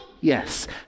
Yes